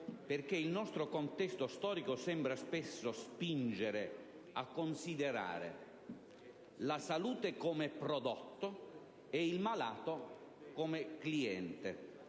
perché il nostro contesto storico sembra spesso spingere a considerare la salute come prodotto e il malato come un cliente.